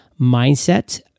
Mindset